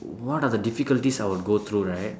what are the difficulties I would go through right